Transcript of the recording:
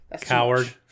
Coward